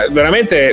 veramente